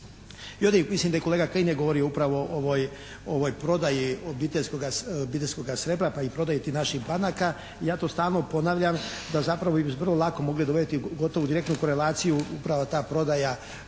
Ljudi mislim da je i kolega Kajin je govorio upravo o ovoj prodaji obiteljskoga srebra pa i prodaji tih naših banaka. Ja to stalno ponavljam da zapravo bi vrlo lako mogli dovesti u direktnu korelaciju upravo ta prodaja